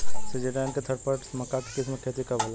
Syngenta NK thirty plus मक्का के किस्म के खेती कब होला?